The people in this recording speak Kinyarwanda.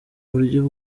buryo